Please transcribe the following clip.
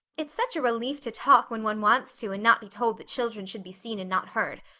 it's such a relief to talk when one wants to and not be told that children should be seen and not heard.